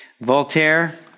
Voltaire